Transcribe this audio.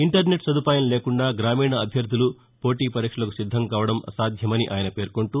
internet సదుపాయం లేకుండా గ్రామీణ అభ్యర్ధులు పోటీ పరీక్షలకు సిద్ధంకావడం అసాధ్యమని ఆయన పేర్కొంటూ